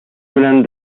белән